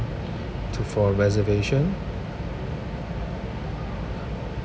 to for reservation